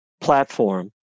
platform